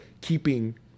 keeping